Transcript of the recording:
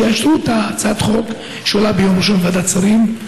שיאשרו את הצעת החוק שתעלה ביום ראשון בוועדת שרים,